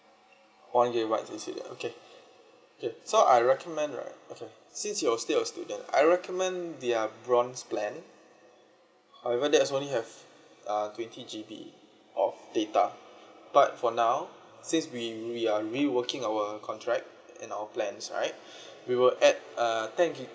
one gigabytes is it okay okay so I recommend right okay since you're still a student I recommend their bronze plan however that's only have uh twenty G_B of data but for now since we we are reworking our contract and our plans right we will add err ten gig